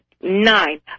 nine